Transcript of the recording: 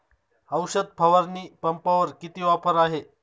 औषध फवारणी पंपावर किती ऑफर आहे?